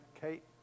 Kate